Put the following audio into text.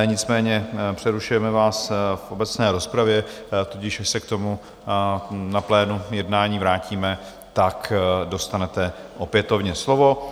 Nicméně přerušujeme vás v obecné rozpravě, tudíž jak se k tomu na plénu jednání vrátíme, dostanete opětovně slovo.